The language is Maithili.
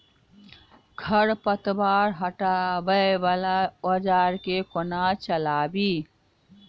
खरपतवार हटावय वला औजार केँ कोना चलाबी?